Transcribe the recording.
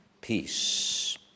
peace